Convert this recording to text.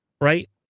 right